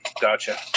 Gotcha